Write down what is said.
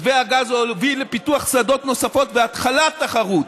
מתווה הגז הוביל לפיתוח שדות נוספים ולהתחלת תחרות.